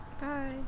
Bye